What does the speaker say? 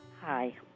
Hi